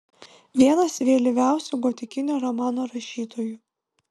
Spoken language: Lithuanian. vienas vėlyviausių gotikinio romano rašytojų